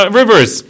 rivers